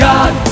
God